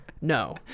No